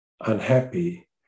unhappy